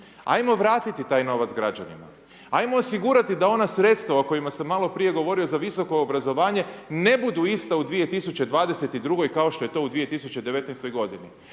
Ajmo vratiti taj novac građanima, ajmo osigurati da ona sredstva o kojima sam malo prije govorio za visoko obrazovanje ne budu ista u 2022. kao što je to u 2019. godini.